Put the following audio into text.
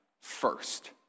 first